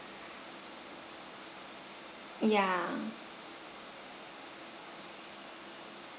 ya